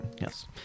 Yes